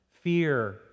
Fear